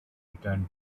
return